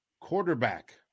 quarterback